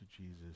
Jesus